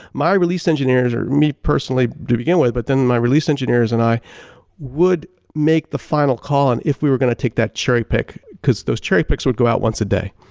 my release engineers or me personally to begin with, but then my releases engineers and i would make the final call and if we're going to take that cherry pick because those cherry picks would go out once a day.